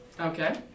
Okay